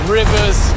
rivers